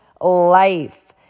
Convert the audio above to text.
life